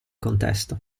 contesto